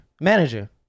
manager